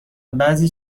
بعضی